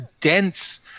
dense